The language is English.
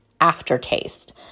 aftertaste